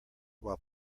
while